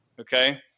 Okay